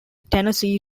tennessee